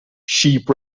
sheep